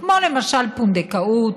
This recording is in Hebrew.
כמו למשל פונדקאות,